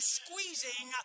squeezing